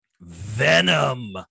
venom